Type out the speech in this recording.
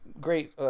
great